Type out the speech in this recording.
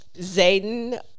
Zayden